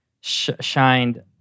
shined